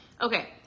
Okay